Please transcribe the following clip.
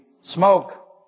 smoke